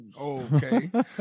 Okay